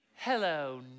Hello